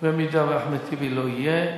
אם הוא לא יהיה,